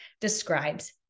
describes